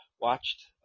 watched